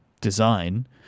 design